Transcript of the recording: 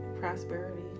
prosperity